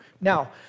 Now